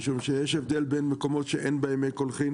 משום שיש הבדל בין מקומות שאין בהם קולחין,